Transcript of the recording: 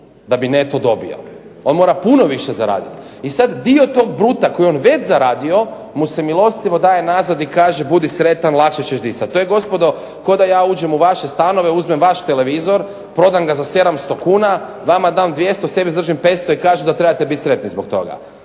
da bi neto dobio. On mora puno više zaraditi. I sada dio tog bruta koji je on već zaradio mu se milostivo daje nazad i kaže budi sretan lakše ćeš disati. To je gospodo kao da ja uđem u vaše stanove uzmem vaš televizor prodam ga za 700 kuna, vama dam 200, sebi zadržim 500 i kažem da trebate biti sretni zbog toga.